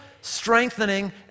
strengthening